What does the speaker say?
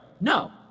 No